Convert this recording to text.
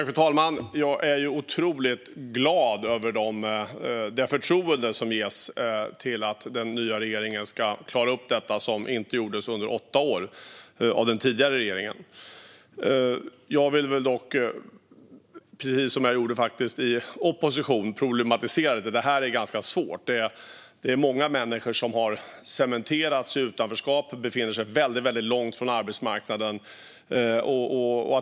Fru talman! Jag är otroligt glad över det förtroende som ges till att den nya regeringen ska klara det som den tidigare regeringen inte klarade under åtta år. Jag vill problematisera det hela, precis som jag gjorde i opposition. Det här är ganska svårt. Många människor har cementerats i utanförskap och befinner sig väldigt långt från arbetsmarknaden.